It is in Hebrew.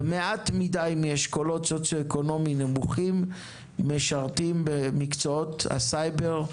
ומעט מדי מהאשכולות הסוציו-אקונומיים הנמוכים משרתים במקצועות הסייבר,